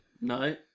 No